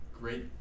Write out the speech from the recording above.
great